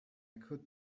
could